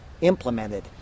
implemented